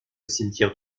cimetière